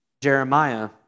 Jeremiah